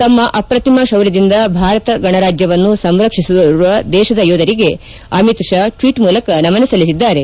ತಮ್ಮ ಅಪ್ರತಿಮ ಶೌರ್ಯದಿಂದ ಭಾರತ ಗಣರಾಜ್ಠವನ್ನು ಸಂರಕ್ಷಿಸಿರುವ ದೇಶದ ಯೋಧರಿಗೆ ಆಮಿತ್ ಷಾ ಟ್ವೀಟ್ ಮೂಲಕ ನಮನ ಸಲ್ಲಿಸಿದ್ದಾರೆ